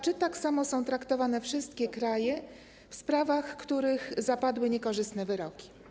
Czy tak samo są traktowane wszystkie kraje np. w sprawach, w których zapadły niekorzystne wyroki?